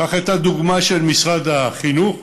קח את הדוגמה של משרד החינוך.